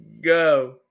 go